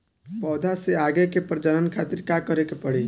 पौधा से आगे के प्रजनन खातिर का करे के पड़ी?